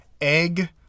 Egg